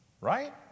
Right